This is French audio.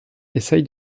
essaie